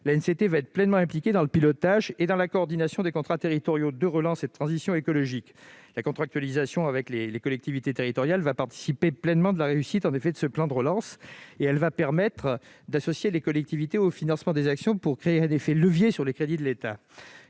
l'ANCT sera pleinement impliquée dans le pilotage et la coordination des contrats territoriaux de relance et de transition écologique. La contractualisation avec les collectivités territoriales participera pleinement à la réussite de ce plan de relance. Cela permettra d'associer les collectivités au financement des actions, afin de créer un effet de levier sur les crédits de l'État.